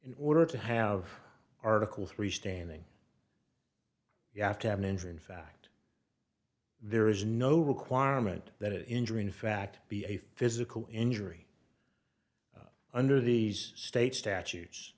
in order to have article three standing you have to have an injury in fact there is no requirement that injury in fact be a physical injury under these state statutes